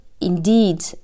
indeed